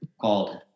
called